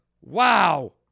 Wow